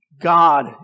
God